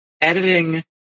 editing